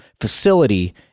facility